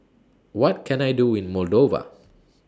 What Can I Do in Moldova